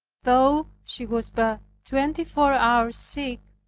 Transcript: though she was but twenty-four hours sick,